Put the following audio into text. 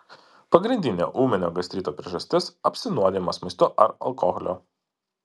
pagrindinė ūminio gastrito priežastis apsinuodijimas maistu ar alkoholiu